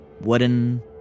wooden